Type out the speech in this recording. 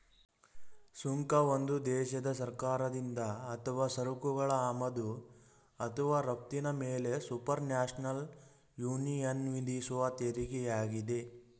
ಸುಂಕ ಒಂದು ದೇಶದ ಸರ್ಕಾರದಿಂದ ಅಥವಾ ಸರಕುಗಳ ಆಮದು ಅಥವಾ ರಫ್ತಿನ ಮೇಲೆಸುಪರ್ನ್ಯಾಷನಲ್ ಯೂನಿಯನ್ವಿಧಿಸುವತೆರಿಗೆಯಾಗಿದೆ